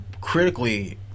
critically